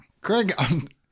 craig